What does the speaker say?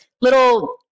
little